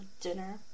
dinner